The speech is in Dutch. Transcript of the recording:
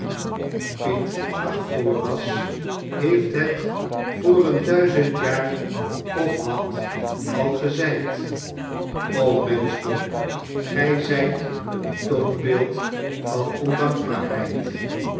piet agoras heeft het voor een duizend jaar of wat al gezeid o menschdom gy zijt een toonbeeld van ondankbaarheid